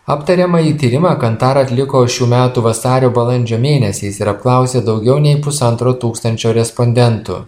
aptariamąjį tyrimą kantar atliko šių metų vasario balandžio mėnesiais ir apklausė daugiau nei pusantro tūkstančio respondentų